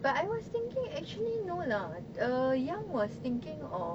but I was thinking actually no lah uh yang was thinking of